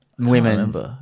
Women